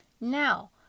Now